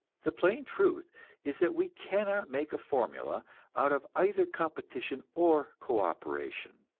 the plain truth is that we cannot make a formula out of either competition or co-operation.